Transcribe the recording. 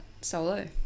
solo